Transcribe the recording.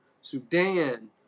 Sudan